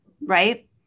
Right